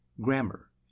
grammar